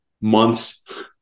months